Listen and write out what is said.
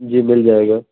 जी मिल जाएगा